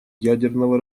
ядерного